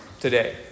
today